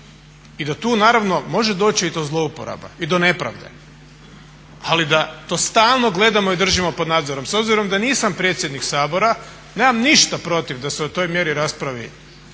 i da tu naravno može doći i do zlouporaba i do nepravde ali da to stalno gledamo i držimo pod nadzorom. S obzirom da nisam predsjednik Sabora nemam ništa protiv da se o toj mjeri raspravi